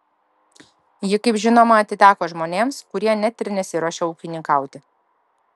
ji kaip žinoma atiteko žmonėms kurie net ir nesiruošia ūkininkauti